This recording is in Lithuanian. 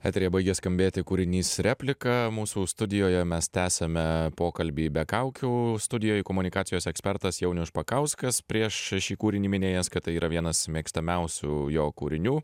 eteryje baigia skambėti kūrinys replika mūsų studijoje mes tęsiame pokalbį be kaukių studijoj komunikacijos ekspertas jaunius špakauskas prieš šį kūrinį minėjęs kad tai yra vienas mėgstamiausių jo kūrinių